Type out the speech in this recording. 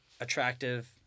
Attractive